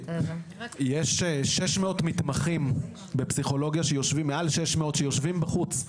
אגיד שאגף תקציבים ושכר טוען שהנציגה שלכם פה היא מאי.